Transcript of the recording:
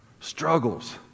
struggles